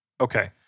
Okay